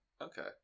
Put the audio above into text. Okay